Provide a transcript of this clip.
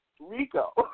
Rico